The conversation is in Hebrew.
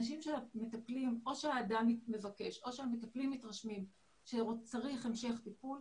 אם אדם מבקש או שהמטפלים מתרשמים שצריך המשך טיפול,